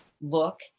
look